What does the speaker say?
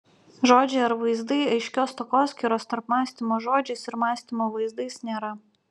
žodžiai ar vaizdai aiškios takoskyros tarp mąstymo žodžiais ir mąstymo vaizdais nėra